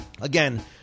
Again